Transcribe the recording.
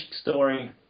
story